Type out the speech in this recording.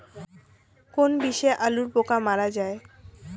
কোন বিষে আলুর পোকা মারা যায়?